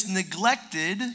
neglected